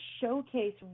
showcase